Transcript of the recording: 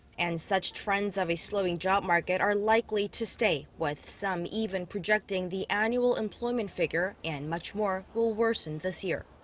and such trends of a slowing job market are likely to stay. with some even projecting the annual employment figure and much more will worsen this year.